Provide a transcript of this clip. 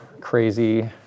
crazy